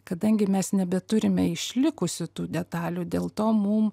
kadangi mes nebeturime išlikusių tų detalių dėl to mum